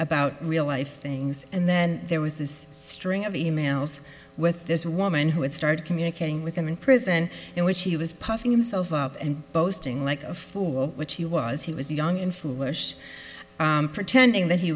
about real life things and then there was this string of e mails with this woman who had started communicating with him in prison in which she was puffing himself up and boasting like a fool which he was he was young and foolish pretending that he